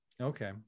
Okay